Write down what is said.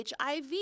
HIV